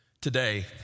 Today